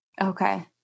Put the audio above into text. Okay